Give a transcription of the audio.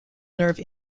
nerve